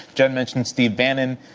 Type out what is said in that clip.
jenn mentions steve bannon,